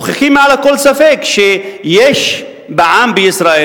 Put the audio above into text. מוכיחים מעל לכל ספק שיש בעם בישראל,